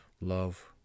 love